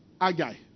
Agai